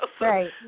right